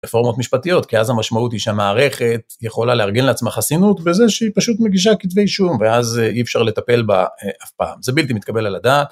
רפורמות משפטיות כי אז המשמעות היא שהמערכת יכולה לארגן לעצמה חסינות בזה שהיא פשוט מגישה כתבי אישום ואז אי אפשר לטפל בה אף פעם. זה בלתי מתקבל על הדעת